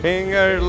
Finger